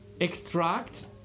Extract